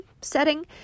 setting